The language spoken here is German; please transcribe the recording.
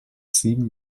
sieben